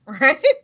right